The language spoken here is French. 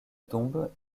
dombes